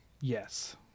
Yes